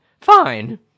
Fine